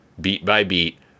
beat-by-beat